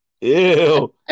Ew